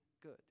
good